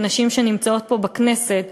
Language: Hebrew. כנשים שנמצאות פה בכנסת,